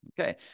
Okay